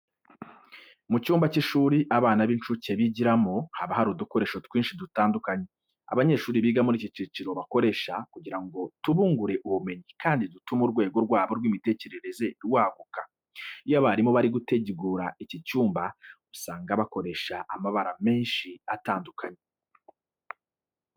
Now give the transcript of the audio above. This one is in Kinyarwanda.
Mu cyumba cy'ishuri abana b'incuke bigiramo haba hari udukoresho twinshi dutandukanye, abanyeshuri biga muri iki cyiciro bakoresha kugira ngo tubungure ubumenyi kandi dutume urwego rwabo rw'imitekerereze rwaguka. Iyo abarimu bari gutegura iki cyumba usanga bakoresha amabara menshi atandukanye.